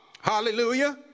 Hallelujah